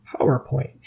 PowerPoint